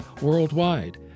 worldwide